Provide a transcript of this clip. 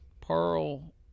Pearl